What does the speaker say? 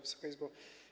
Wysoka Izbo!